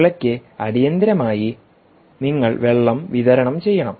വിളയ്ക്ക് അടിയന്തിരമായി നിങ്ങൾ വെള്ളം വിതരണം ചെയ്യണം